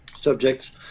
subjects